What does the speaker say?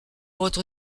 votre